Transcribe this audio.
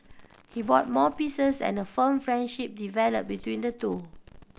he bought more pieces and a firm friendship developed between the two